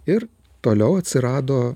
ir toliau atsirado